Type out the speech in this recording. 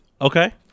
Okay